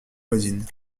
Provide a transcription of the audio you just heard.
voisine